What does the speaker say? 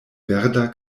verda